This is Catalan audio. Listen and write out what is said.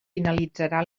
finalitzarà